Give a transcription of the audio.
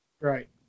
Right